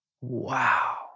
wow